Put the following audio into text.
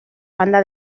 banda